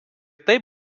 taip